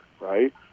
right